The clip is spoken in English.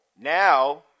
now